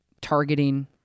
targeting